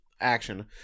action